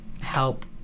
help